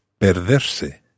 perderse